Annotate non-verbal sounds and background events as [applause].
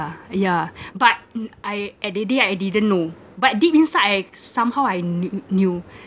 yeah but [noise] I at that day I didn't know but deep inside I somehow I kn~ kn~ knew